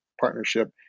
Partnership